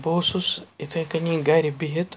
بہٕ اوسُس یِتھَے کٔنی گَرِ بِہِتھ